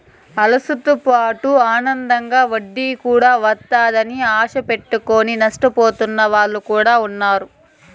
అసలుతోపాటు అదనంగా వడ్డీ కూడా వత్తాదని ఆశ పెట్టుకుని నష్టపోతున్న వాళ్ళు కూడా ఉన్నారు